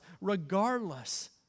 regardless